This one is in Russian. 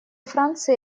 франции